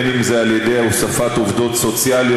בין אם זה על ידי הוספת עובדות סוציאליות,